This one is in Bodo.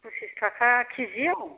पसिस थाखा किजिआव